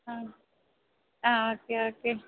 ആ അ okay okay